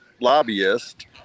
lobbyist